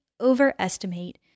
overestimate